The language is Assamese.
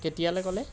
কেতিয়ালৈ ক'লে